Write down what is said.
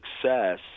success